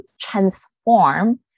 transform